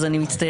אז אני מצטערת.